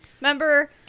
Remember